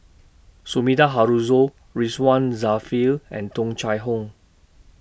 Sumida Haruzo Ridzwan Dzafir and Tung Chye Hong